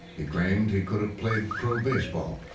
he claimed he could have played pro baseball.